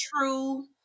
true